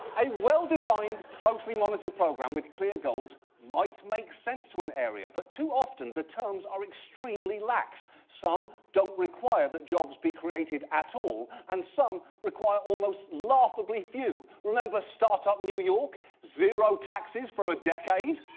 a well-designed, closely monitored program with clear goals might make sense to an area, but too often the terms are extremely lax. some don't require that jobs be created at all, and some require almost laughably few. remember startup new york? zero taxes for a decade.